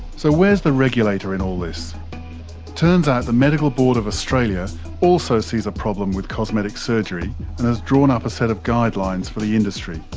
so where is the regulator and turns out the medical board of australia also sees a problem with cosmetic surgery and has drawn up a set of guidelines for the industry.